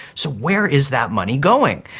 so where is that money going?